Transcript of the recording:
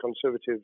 Conservatives